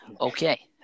Okay